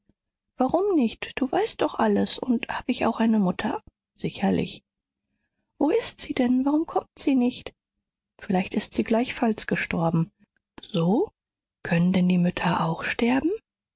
warum nicht du weißt doch alles und hab ich auch eine mutter sicherlich wo ist sie denn warum kommt sie nicht vielleicht ist sie gleichfalls gestorben so können denn die mütter auch sterben